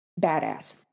badass